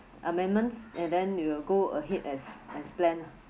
amendments and then you will go ahead as as planned lah